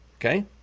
Okay